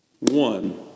one